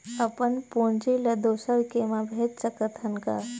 अपन पूंजी ला दुसर के मा भेज सकत हन का?